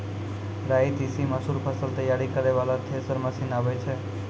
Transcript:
राई तीसी मसूर फसल तैयारी करै वाला थेसर मसीन आबै छै?